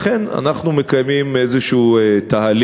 לכן אנחנו מקיימים איזה תהליך,